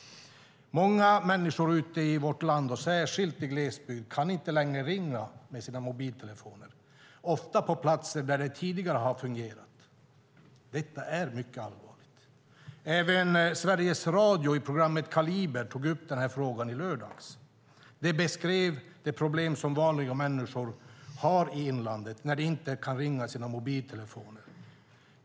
Många människor ute i vårt land och särskilt i glesbygden kan inte längre ringa med sina mobiltelefoner, ofta på platser där det tidigare har fungerat. Det är mycket allvarligt. Sveriges Radio tog upp frågan i programmet Kaliber i lördags. De beskrev det problem som vanliga människor har i inlandet när de inte kan ringa i sina mobiltelefoner.